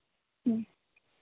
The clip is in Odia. ହୁଁ